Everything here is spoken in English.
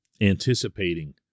anticipating